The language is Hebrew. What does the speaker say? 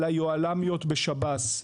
על היוהל"מיות בשב"ס.